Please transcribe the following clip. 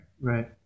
Right